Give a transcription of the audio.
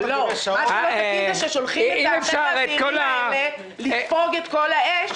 לא, שולחים את האנשים האלה לספוג את כל האש.